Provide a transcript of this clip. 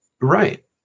right